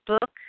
book